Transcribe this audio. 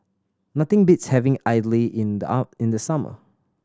nothing beats having idly in the summer